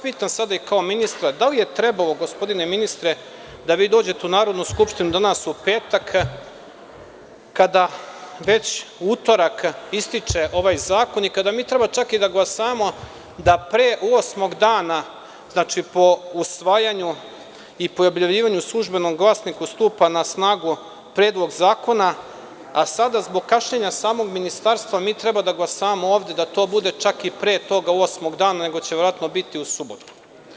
Pitam vas sada i kao ministra – da li je trebalo gospodine ministre da vi dođete u Narodnu skupštinu danas, u petak, kada već u utorak ističe ovaj zakon i kada mi treba čak i da glasamo da pre osmog dana po usvajanju i po objavljivanju u „Službenom glasniku RS“ stupa na snagu Predlog zakona, a sada zbog kašnjenja samog ministarstva treba da glasamo ovde da to bude čak i pre tog osmog dana, nego će verovatno biti u subotu?